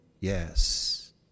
Yes